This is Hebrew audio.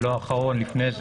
לא האחרון אלא לפניו,